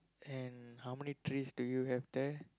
and how many trees do you have there